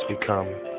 become